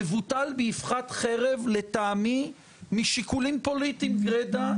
מבוטל באבחת חרב, לטעמי, משיקולים פוליטיים גרידא,